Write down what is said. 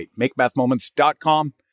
makemathmoments.com